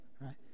right